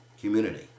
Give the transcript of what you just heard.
community